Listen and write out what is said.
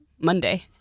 Monday